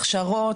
הכשרות,